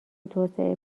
توسعه